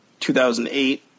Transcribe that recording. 2008